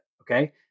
Okay